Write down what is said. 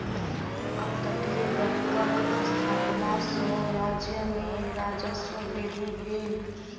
अपतटीय बैंकक स्थापना सॅ राज्य में राजस्व वृद्धि भेल